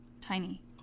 tiny